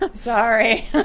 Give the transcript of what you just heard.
Sorry